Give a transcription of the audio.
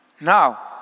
Now